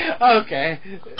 Okay